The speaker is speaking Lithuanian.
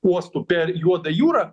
uostų per juodą jūrą